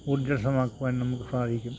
ഊർജ്ജസ്വലമാക്കുവാൻ നമുക്ക് സാധിക്കും